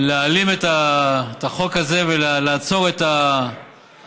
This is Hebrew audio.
להעלים את החוק הזה ולעצור את הפעילות